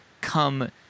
come